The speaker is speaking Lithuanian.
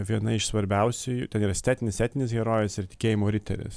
viena iš svarbiausiųjų ten yra estetinis etinis herojus ir tikėjimo riteris